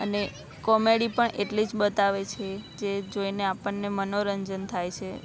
અને કોમેડી પણ એટલી જ બતાવે છે જે જોઈને આપણને મનોરંજન થાય છે